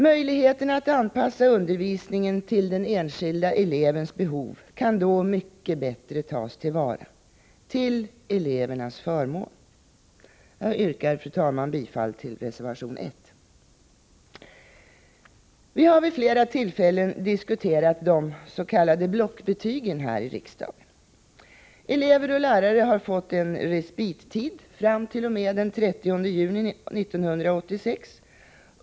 Möjligheterna att anpassa undervisningen till den enskilda elevens behov kan då mycket bättre tas till vara, till elevernas förmån. Fru talman! Jag yrkar bifall till reservation 1. Vi har här i riksdagen vid flera tillfällen diskuterat de s.k. blockbetygen. Elever och lärare har fått en respittid till den 30 juni 1986.